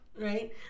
right